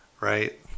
right